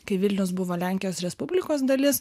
kai vilnius buvo lenkijos respublikos dalis